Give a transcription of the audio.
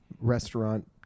Restaurant